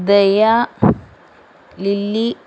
ദയ ലില്ലി